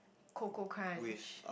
Koko Krunch